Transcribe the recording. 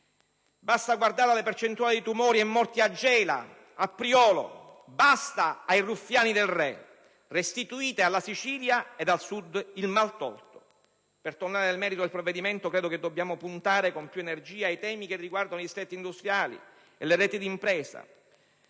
Basta guardare alle percentuali di tumori e di morti a Gela e a Priolo. Basta con i ruffiani del re! Restituite alla Sicilia ed al Sud il maltolto! Per tornare al merito del provvedimento, io ritengo che dobbiamo puntare con più energia ai temi riguardanti i distretti industriali e le reti d'impresa.